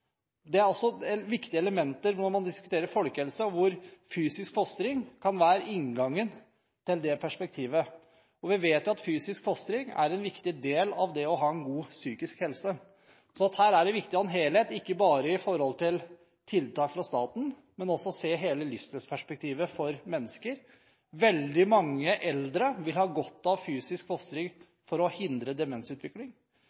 Det er også viktige elementer når man diskuterer folkehelsen, hvor fysisk fostring kan være inngangen til det perspektivet. Vi vet at fysisk fostring er en viktig del av det å ha en god psykisk helse. Det er viktig å ha en helhet – ikke bare når det gjelder tiltak fra staten, men også se hele livsløpsperspektivet for mennesker. Veldig mange eldre vil ha godt av fysisk